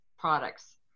products